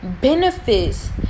benefits